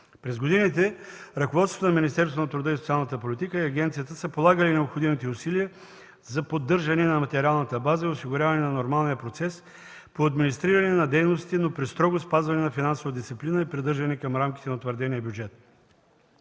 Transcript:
През годините ръководството на Министерството на труда и социалната политика и агенцията са полагали необходимите усилия за поддържане на материалната база и осигуряване на нормалния процес по администриране на дейностите, но при строго спазване на финансовата дисциплина и придържане към рамките на утвърдения бюджет.